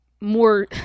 more